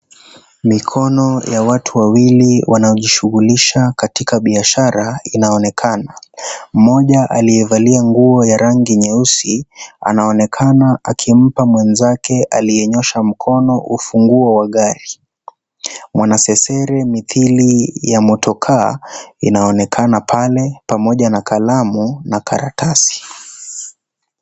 Mikono ya watu wawili wanajishughulisnmha katika biashara inaonekana. Mmoja amevalia nguo ya rangi nyeusi anaonekana akimpa mwenzake aliyenyoosha mikono ufunguo wa gari. Wanasesere mithili ya motokaa inaonekana pale pamoja na kalamu na karatasi.